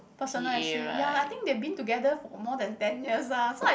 personal assi~ ya I think they been together for more than ten years ah so I